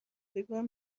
بگویم